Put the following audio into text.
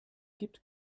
gibt